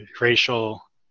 racial